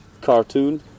cartoon